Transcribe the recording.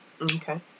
okay